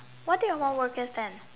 what did you mum work as then